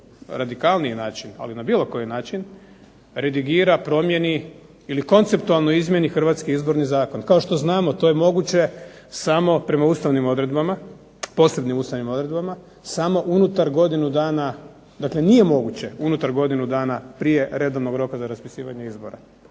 radikalniji način, ali na bilo koji način redigira, promjeni ili konceptualno izmijeni Hrvatski izborni zakon. Kao što znamo to je moguće samo prema posebnim ustavnim odredbama, samo unutar godinu dana dakle nije moguće unutar godinu dana prije redovnog roka za raspisivanje izbora,